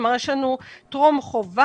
כלומר יש לנו טרום חובה,